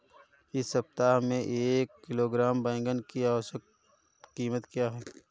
इस सप्ताह में एक किलोग्राम बैंगन की औसत क़ीमत क्या है?